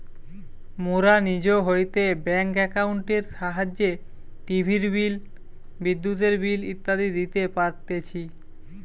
মোরা নিজ হইতে ব্যাঙ্ক একাউন্টের সাহায্যে টিভির বিল, বিদ্যুতের বিল ইত্যাদি দিতে পারতেছি